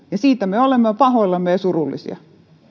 siitä me olemme pahoillamme ja surullisia